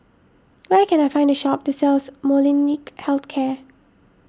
where can I find a shop that sells Molnylcke Health Care